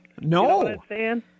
No